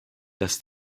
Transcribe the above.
dass